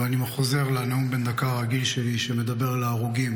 ואני חוזר לנאום בן דקה הרגיל שלי שמדבר על ההרוגים.